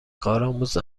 کارآموز